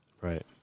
Right